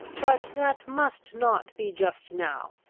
but that must not be just now.